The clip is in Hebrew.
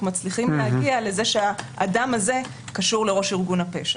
מצליחים להגיע לזה שהאדם הזה קשור לראש ארגון הפשע.